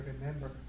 remember